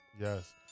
Yes